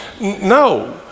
No